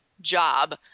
job